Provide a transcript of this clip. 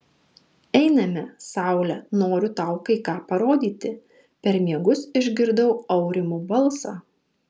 einame saule noriu tau kai ką parodyti per miegus išgirdau aurimo balsą